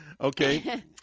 Okay